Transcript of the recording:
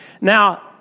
Now